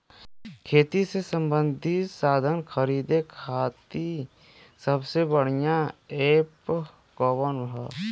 खेती से सबंधित साधन खरीदे खाती सबसे बढ़ियां एप कवन ह?